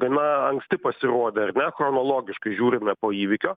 gana anksti pasirodė ar ne chronologiškai žiūrime po įvykio